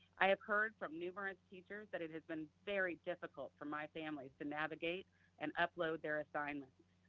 i have heard from numerous teachers that it has been very difficult for my families to navigate and upload their assignments.